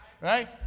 right